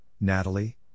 Natalie